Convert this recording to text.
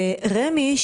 ורמ"י,